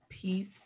peace